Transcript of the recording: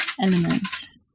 elements